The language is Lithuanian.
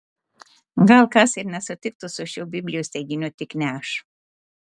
gal kas ir nesutiktų su šiuo biblijos teiginiu tik ne aš